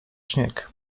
śnieg